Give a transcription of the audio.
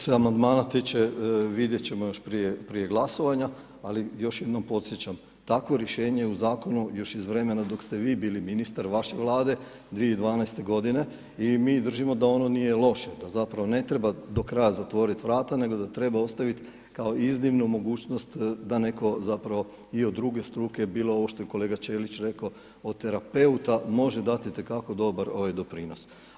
Što se amandmana tiče, vidjet ćemo još prije glasovanja, ali još jednom podsjećam, takvo rješenje u zakonu je još iz vremena dok ste vi bili ministar vaše Vlade, 2012. godine i mi držimo da ono nije loše, da ono zapravo ne treba do kraja zatvoriti vrata nego da treba ostaviti kao iznimnu mogućnost da netko zapravo i od druge struke, bilo ovo što je kolega Čelić rekao, od terapeuta može dati itekako dobar doprinos.